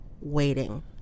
waiting